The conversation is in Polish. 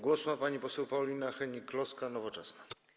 Głos ma pani poseł Paulina Hennig-Kloska, Nowoczesna.